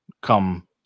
Come